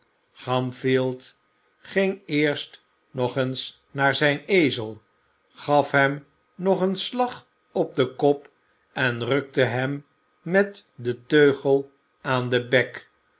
gamfield ging eerst nog eens naar zijn ezel gaf hem nog een slag op den kop en rukte hem met den teugel aan den bek